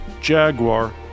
Jaguar